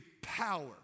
power